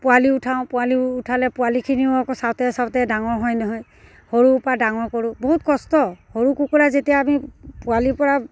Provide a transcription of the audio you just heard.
পোৱালি উঠাওঁ পোৱালি উঠালে পোৱালিখিনিও আকৌ চাওঁতে চাওঁতে ডাঙৰ হয় নহয় সৰুৰপৰা ডাঙৰ কৰোঁ বহুত কষ্ট সৰু কুকুৰা যেতিয়া আমি পোৱালিৰপৰা